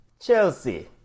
Chelsea